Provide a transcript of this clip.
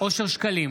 אושר שקלים,